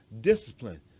discipline